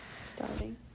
starting